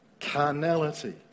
carnality